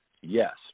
Yes